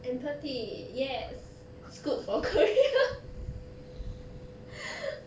empathy yes is good for career